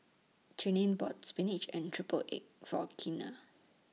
Cheyenne bought Spinach and Triple Egg For Kina